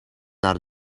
naar